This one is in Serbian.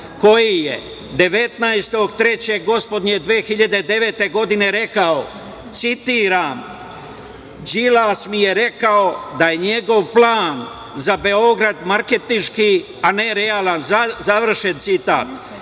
koji je 19. marta gospodnje 2009. godine rekao, citiram: “Đilas mi je rekao da je njegov plan za Beograd marketinški, a ne realan“. Završen citat.